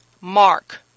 Mark